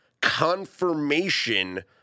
confirmation